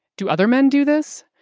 two other men do this.